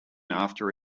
after